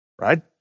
right